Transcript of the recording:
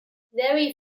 very